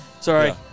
Sorry